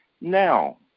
Now